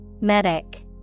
Medic